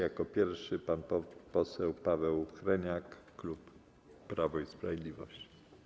Jako pierwszy pan poseł Paweł Hreniak, klub Prawo i Sprawiedliwość.